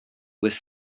with